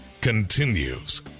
continues